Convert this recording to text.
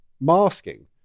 masking